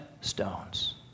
stones